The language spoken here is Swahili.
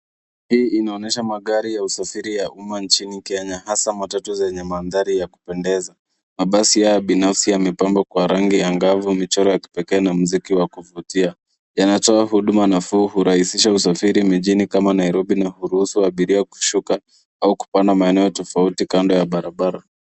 Hii inaonyesha magari ya usafiri ya umma nchini Kenya hasa matatu zenye mandhari ya kupendeza. Mabasi haya ya binafsi yamepangwa kwa rangi angavu, michoro ya kipekee na mziki wa kuvutia. Yanatoa huduma nafuu, hurahisisha usafiri mijini kama Nairobi na kuruhusu abiria kushuka au kupanda maeneo tofauti kando ya barabara.